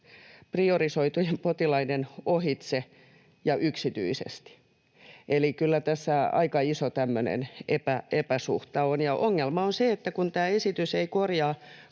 priorisoitujen potilaiden ohitse ja yksityisesti. Eli kyllä tässä aika iso epäsuhta on, ja ongelma on se, että tämä esitys ei korjaa